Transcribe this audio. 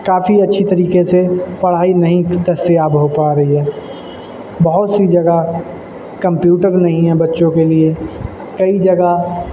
کافی اچھی طریقے سے پڑھائی نہیں دستیاب ہو پا رہی ہے بہت سی جگہ کمپیوٹر نہیں ہیں بچوں کے لیے کئی جگہ